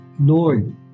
Lord